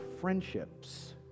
friendships